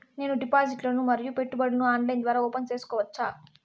నేను డిపాజిట్లు ను మరియు పెట్టుబడులను ఆన్లైన్ ద్వారా ఓపెన్ సేసుకోవచ్చా?